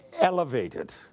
elevated